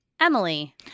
Emily